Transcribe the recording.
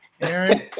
Aaron